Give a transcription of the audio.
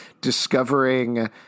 discovering